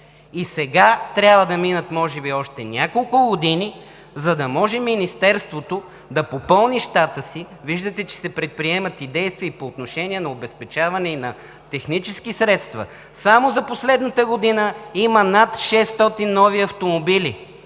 Сега трябва да минат може би още няколко години, за да може Министерството да попълни щата си. Виждате, че се предприемат и действия по отношение на обезпечаване и на технически средства. Само за последната година има над 600 нови автомобили